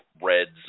Reds